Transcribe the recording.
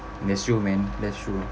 that's true man that's true